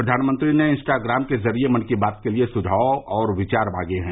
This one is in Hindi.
प्रधानमंत्री ने इंस्टाग्राम के जरिये मन की बात के लिए सुझाव और विचार मांगे हैं